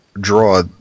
draw